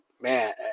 man